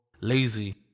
lazy